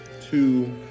two